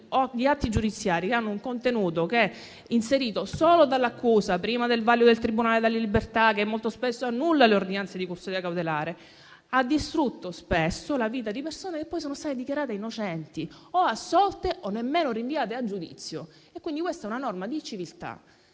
di atti giudiziari che hanno un contenuto inserito solo dall'accusa, prima del vaglio del tribunale della libertà che molto spesso annulla le ordinanze di custodia cautelare, ha distrutto spesso la vita di persone che poi sono state dichiarate innocenti, assolte o nemmeno rinviate a giudizio. Quindi, questa è una norma di civiltà.